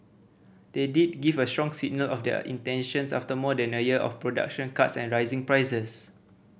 they did give a strong signal of their intentions after more than a year of production cuts and rising prices